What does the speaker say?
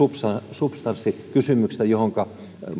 substanssikysymyksestä johonka